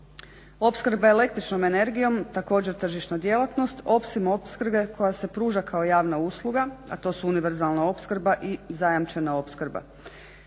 Opskrba električnom energijom, također tržišna djelatnost, osim opskrbe koja se pruža kao javna usluga, a to su univerzalna opskrba i zajamčena opskrba.